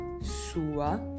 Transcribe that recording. sua